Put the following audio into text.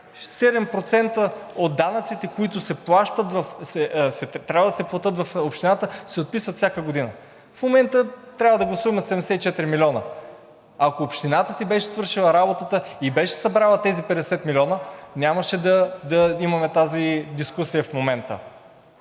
от данъците, които трябва да се платят в общината, се отписват всяка година. В момента трябва да гласуваме 74 милиона. Ако общината си беше свършила работата и беше събрала тези 50 милиона, нямаше да имаме тази дискусия в момента.